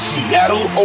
Seattle